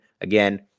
again